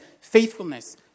faithfulness